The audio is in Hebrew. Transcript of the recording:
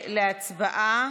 להצבעה,